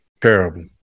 terrible